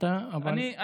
סיימת, אבל, אני מסיים.